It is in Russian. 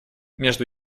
между